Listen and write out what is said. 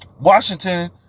Washington